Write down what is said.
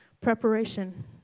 preparation